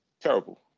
Terrible